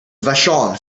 vashon